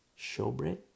showbread